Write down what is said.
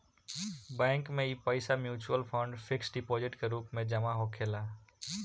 bank में इ पईसा मिचुअल फंड, फिक्स डिपोजीट के रूप में जमा होखेला